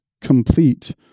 complete